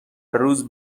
روز